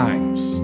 Times